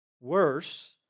worse